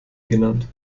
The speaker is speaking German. genannt